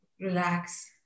Relax